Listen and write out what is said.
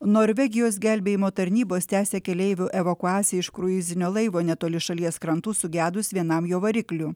norvegijos gelbėjimo tarnybos tęsia keleivių evakuaciją iš kruizinio laivo netoli šalies krantų sugedus vienam jo variklių